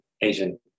Asian